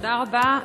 תודה רבה,